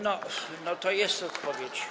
No, to jest odpowiedź.